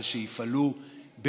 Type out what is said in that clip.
אבל שיפעלו בחוכמה,